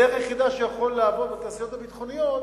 הדרך היחידה שבה הוא יכול לעבוד בתעשיות הביטחוניות